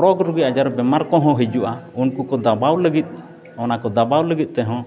ᱨᱳᱜᱽ ᱨᱳᱜᱤ ᱟᱡᱟᱨ ᱵᱤᱢᱟᱨ ᱠᱚᱦᱚᱸ ᱦᱤᱡᱩᱜᱼᱟ ᱩᱱᱠᱩ ᱠᱚ ᱫᱟᱵᱟᱣ ᱞᱟᱹᱜᱤᱫ ᱚᱱᱟ ᱠᱚ ᱫᱟᱵᱟᱣ ᱞᱟᱹᱜᱤᱫ ᱛᱮᱦᱚᱸ